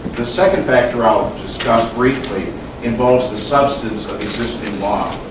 the second factor i'll discuss briefly involves the substance of existing law.